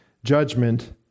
judgment